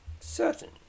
certain